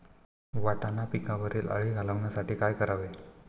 वाटाणा पिकावरील अळी घालवण्यासाठी काय करावे?